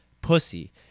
pussy